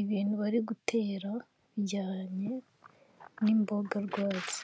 ibintu bari gutera bijyanye n'imboga rwatsi.